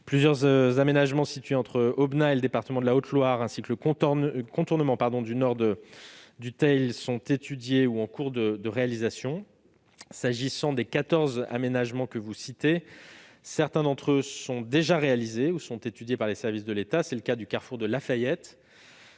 Plusieurs aménagements situés entre Aubenas et le département de la Haute-Loire, ainsi que le contournement nord du Teil, sont étudiés ou en cours de réalisation. S'agissant des quatorze aménagements que vous citez, certains d'entre eux sont déjà réalisés ou sont étudiés par les services de l'État ; c'est le cas du carrefour de La Fayette,